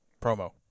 promo